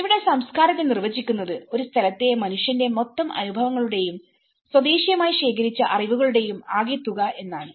ഇവിടെ സംസ്കാരത്തെ നിർവചിക്കുന്നത് ഒരു സ്ഥലത്തെ മനുഷ്യന്റെ മൊത്തം അനുഭവങ്ങളുടെയും സ്വദേശിയമായി ശേഖരിച്ച അറിവുകളുടെയും ആകെത്തുക എന്നാണ്